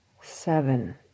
seven